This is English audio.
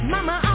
Mama